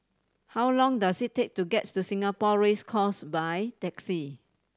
how long does it take to get to Singapore Race Course by taxi